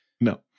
no